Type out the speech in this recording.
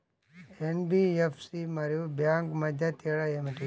NBFC మరియు bank మధ్య తేడా ఏమిటీ?